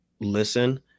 listen